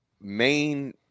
main